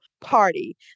party